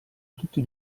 tutti